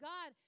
God